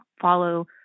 follow